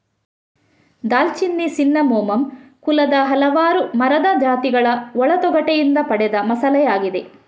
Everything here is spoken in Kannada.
ದಾಲ್ಚಿನ್ನಿ ಸಿನ್ನಮೋಮಮ್ ಕುಲದ ಹಲವಾರು ಮರದ ಜಾತಿಗಳ ಒಳ ತೊಗಟೆಯಿಂದ ಪಡೆದ ಮಸಾಲೆಯಾಗಿದೆ